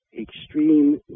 extreme